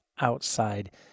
outside